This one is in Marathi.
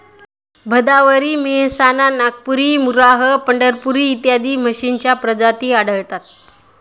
भदावरी, मेहसाणा, नागपुरी, मुर्राह, पंढरपुरी इत्यादी म्हशींच्या प्रजाती आढळतात